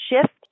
shift